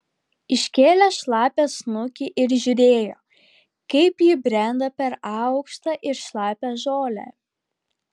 iškėlė šlapią snukį ir žiūrėjo kaip ji brenda per aukštą ir šlapią žolę